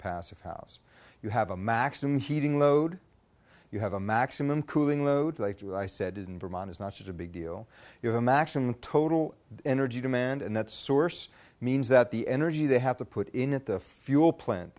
passive house you have a maximum heating load you have a maximum cooling load like i said in vermont is not such a big deal you have a maximum total energy demand and that source means that the energy they have to put in at the fuel plant